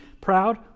proud